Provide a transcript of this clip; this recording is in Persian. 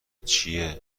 چیه